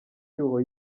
cyuho